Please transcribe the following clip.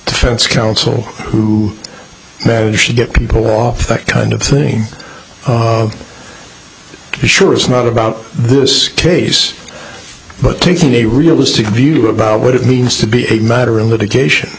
defense counsel who manage to get people off that kind of thing sure it's not about this case but taking a realistic view about what it means to be a matter in litigation